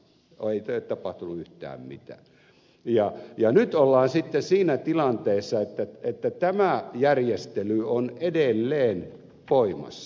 ei ole tapahtunut yhtään mitään ja nyt ollaan sitten siinä tilanteessa että tämä järjestely on edelleen voimassa